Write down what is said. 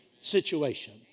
situation